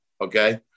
Okay